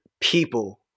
people